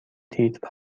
تیتر